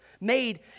made